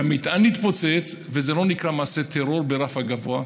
והמטען התפוצץ, וזה לא נקרא מעשה טרור ברף הגבוה.